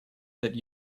that